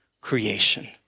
creation